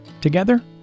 Together